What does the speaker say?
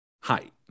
height